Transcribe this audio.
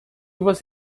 você